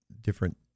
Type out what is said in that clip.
different